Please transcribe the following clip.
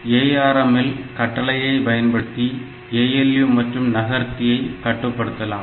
ARM இல் கட்டளையை பயன்படுத்தி ALU மற்றும் நகர்த்தியை கட்டுப்படுத்தலாம்